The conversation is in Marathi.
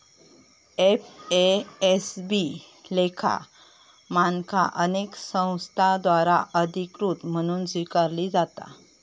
एफ.ए.एस.बी लेखा मानका अनेक संस्थांद्वारा अधिकृत म्हणून स्वीकारली जाता